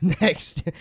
Next